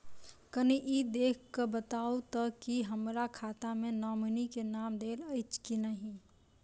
कनि ई देख कऽ बताऊ तऽ की हमरा खाता मे नॉमनी केँ नाम देल अछि की नहि?